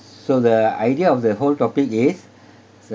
so the idea of the whole topic is